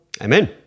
Amen